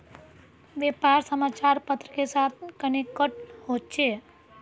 व्यापार समाचार पत्र के साथ कनेक्ट होचे?